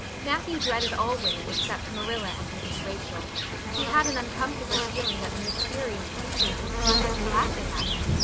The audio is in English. matthew dreaded all women except marilla and mrs. rachel he had an uncomfortable feeling that the mysterious creatures were secretly laughing at him.